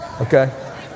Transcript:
Okay